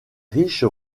riches